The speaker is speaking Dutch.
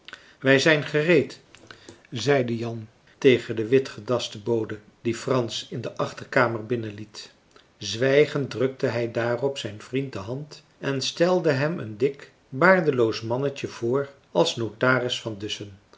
wij zijn gereed zeide jan tegen den witgedasten bode die frans in de achterkamer binnenliet marcellus emants een drietal novellen zwijgend drukte hij daarop zijn vriend de hand en stelde hem een dik baardeloos mannetje voor als notaris van dussen